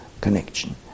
connection